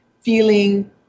feeling